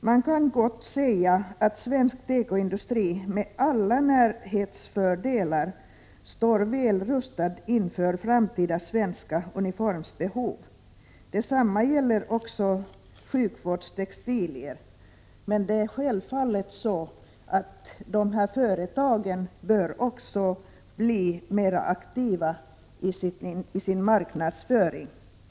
Man kan gott säga att svensk tekoindustri med alla närhetsfördelar står väl rustad inför framtida svenska uniformsbehov. Detsamma gäller också sjukvårdstextilier, men det är självfallet så att dessa företag också bör bli mera aktiva i sin marknadsföring. 119 Prot.